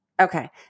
Okay